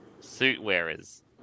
suit-wearers